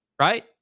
right